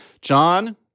John-